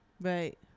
right